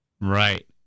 Right